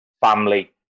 family